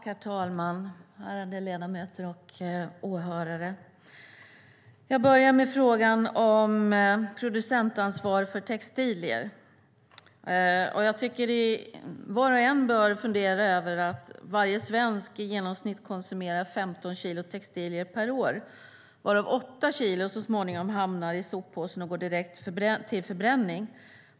Herr talman, ärade ledamöter och åhörare! Jag börjar med frågan om producentansvar för textilier. Jag tycker att var och en bör fundera över att varje svensk i genomsnitt konsumerar 15 kilo textilier per år, varav 8 kilo så småningom hamnar i soppåsen och går direkt till förbränning.